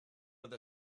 with